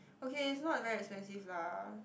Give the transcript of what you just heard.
okay is not very expensive lah